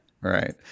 right